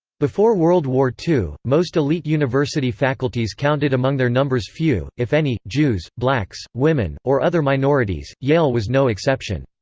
before world war ii, most elite university faculties counted among their numbers few, if any, jews, blacks, women, or other minorities yale was no exception.